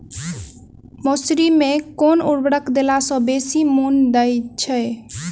मसूरी मे केँ उर्वरक देला सऽ बेसी मॉनी दइ छै?